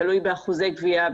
תלוי באחוזי גבייה,